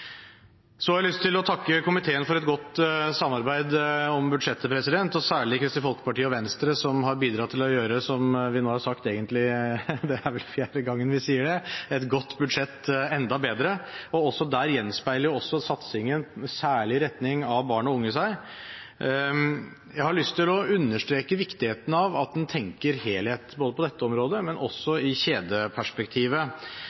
Så har jeg lyst til å takke komiteen for et godt samarbeid om budsjettet, særlig Kristelig Folkeparti og Venstre, som har bidratt til – det er vel fjerde gangen vi sier det – å gjøre et godt budsjett enda bedre. Også der gjenspeiler satsingen særlig i retning av barn og unge seg. Jeg har lyst til å understreke viktigheten av at en tenker helhet både på dette området